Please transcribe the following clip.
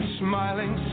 smiling